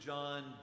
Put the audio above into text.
John